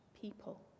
people